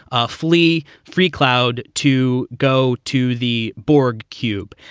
ah flee free cloud to go to the borg cube.